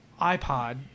iPod